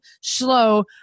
slow